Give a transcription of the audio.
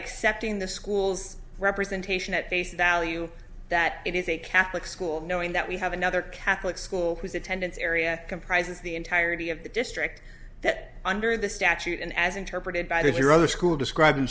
accepting the school's representation at face value that it is a catholic school knowing that we have another catholic school whose attendance area comprises the entirety of the district that under the statute and as interpreted by the your other school describ